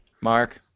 Mark